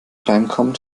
reinkommt